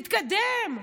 תתקדם.